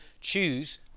choose